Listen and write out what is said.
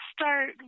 start